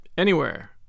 Anywhere